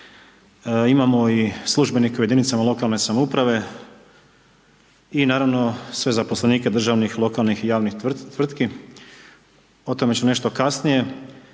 imamo i službenike u jedinicama lokalne samouprave i naravno sve zaposlenike državnih, lokalnih i javnih tvrtki, o tome ću nešto kasnije.